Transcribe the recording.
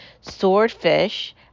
swordfish